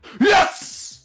yes